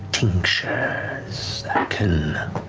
tinctures that can